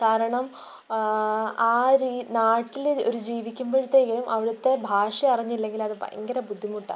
കാരണം ആര് ഈ നാട്ടിൽ ഒരു ജീവിക്കുമ്പോഴത്തേക്കും അവിടുത്തെ ഭാഷ അറിഞ്ഞില്ലെങ്കിലത് ഭയങ്കര ബുദ്ധിമുട്ടാണ്